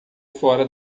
fora